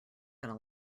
gonna